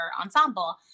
ensemble